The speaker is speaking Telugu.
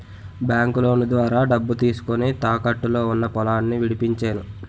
బాంకులోను ద్వారా డబ్బు తీసుకొని, తాకట్టులో ఉన్న పొలాన్ని విడిపించేను